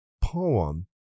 poem